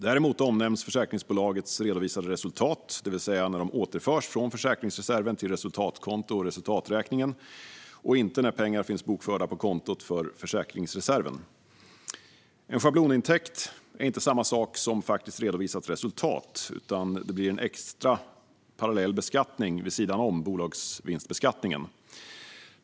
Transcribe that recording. Däremot omnämns försäkringsbolagets redovisade resultat, det vill säga när det återförs från försäkringsreserven till resultatkontot och resultaträkningen och inte när pengar finns bokförda på kontot för försäkringsreserven. En schablonintäkt är inte samma sak som faktiskt redovisat resultat utan en extra beskattning vid sidan om bolagsvinstbeskattningen.